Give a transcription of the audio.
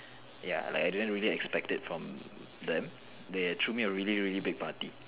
ya like I didn't really expected from them they threw me a really really big party